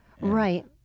Right